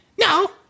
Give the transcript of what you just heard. No